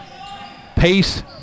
Pace